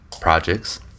projects